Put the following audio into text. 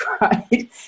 right